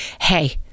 hey